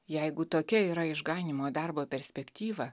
jeigu tokia yra išganymo darbo perspektyva